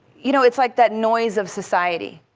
you know it's like that noise of society.